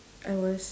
I was